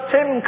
Tim